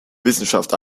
wissenschaft